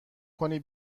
کنی